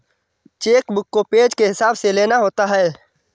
check book को page के हिसाब से लेना होता है